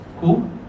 Cool